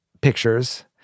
pictures